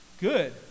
Good